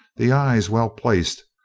the eyes well-placed,